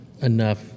enough